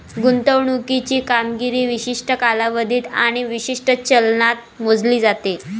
गुंतवणुकीची कामगिरी विशिष्ट कालावधीत आणि विशिष्ट चलनात मोजली जाते